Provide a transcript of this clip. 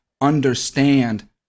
understand